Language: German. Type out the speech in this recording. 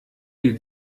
die